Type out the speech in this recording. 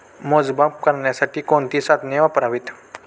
मोजमाप करण्यासाठी कोणती साधने वापरावीत?